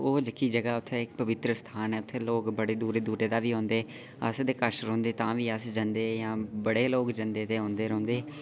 ओह् जेह्की जगह् ऐ ओह् इक पवित्र स्थान ऐ उत्थैं लोक बढ़े बड़े दूरा दूरा दे बी औंदे अस ते कच्छ रौंह्दे तां बी अस जंदेआं बड़े लोक औंदे ते जंदे रौंह्दे